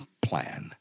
plan